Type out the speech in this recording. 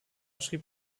schrieb